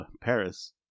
Paris